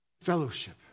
Fellowship